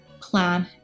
plan